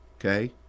okay